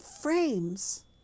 frames